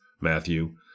Matthew